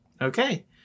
Okay